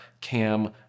Cam